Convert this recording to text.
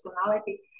personality